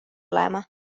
olema